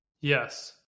Yes